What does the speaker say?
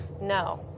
No